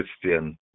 Christian